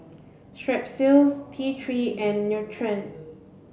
Strepsils T three and Nutren